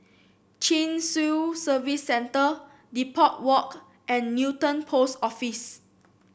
Chin Swee Service Centre Depot Walk and Newton Post Office